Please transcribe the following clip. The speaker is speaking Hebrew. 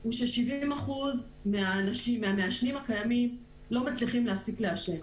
הוא ש-70% מהמעשנים הקיימים לא מצליחים להפסיק לעשן.